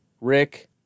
Rick